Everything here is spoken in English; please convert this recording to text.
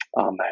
Amen